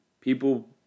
People